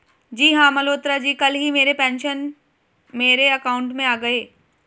जी हां मल्होत्रा जी कल ही मेरे पेंशन मेरे अकाउंट में आ गए